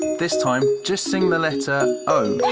this time, just sing the letter o.